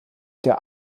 der